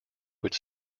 which